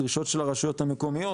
דרישות של הרשויות המקומיות.